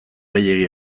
gehiegi